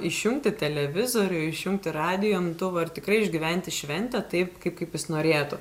išjungti televizorių išjungti radijo imtuvą ir tikrai išgyventi šventę taip kaip jis norėtų